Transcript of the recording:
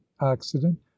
accident